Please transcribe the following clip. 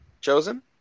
chosen